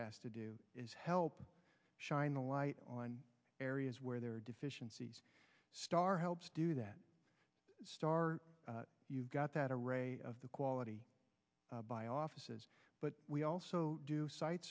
has to do is help shine a light on areas where there are deficiencies star helps do that star you've got that array of the quality by offices but we also do site